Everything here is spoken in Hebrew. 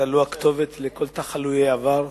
אתה לא הכתובת לכל תחלואי העבר,